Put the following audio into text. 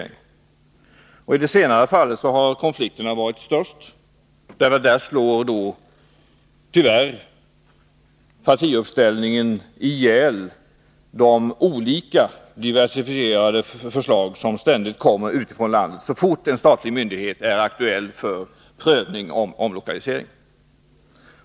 I de senare fallen har konflikterna varit stora. Partiuppställningen slår nämligen ihjäl de olika förslag som ständigt kommer utifrån landet så fort en statlig myndighet blir aktuell för prövning när det gäller omlokalisering.